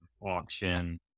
auction